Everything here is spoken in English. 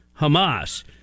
Hamas